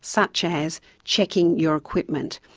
such as checking your equipment.